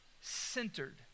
centered